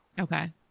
Okay